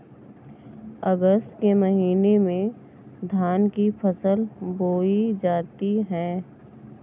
अगस्त के महीने में धान की फसल बोई जाती हैं